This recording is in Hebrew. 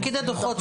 דיברנו על זה קודם,